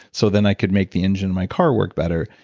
so then i can make the engine in my car work better.